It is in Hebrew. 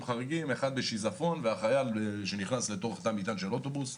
חריגים אחד בשיזפון ועוד חייל שנכנס לתא מטען של אוטובוס.